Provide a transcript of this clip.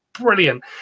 brilliant